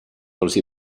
also